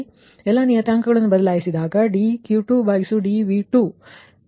ಈಗ ಇಲ್ಲಿ ನಾವು ಎಲ್ಲಾ ನಿಯತಾಂಕಗಳನ್ನು ಬದಲಾಯಿಸಿದರೆ dQ2dV2ನಿಮಗೆ 50